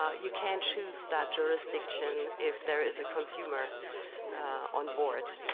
you can't choose that jurisdiction if there is a consumer on board.